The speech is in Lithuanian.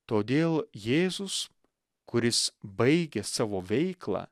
todėl jėzus kuris baigė savo veiklą